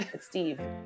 Steve